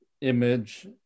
image